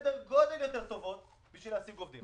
בסדר גודל יותר טובות בשביל להעסיק עובדים.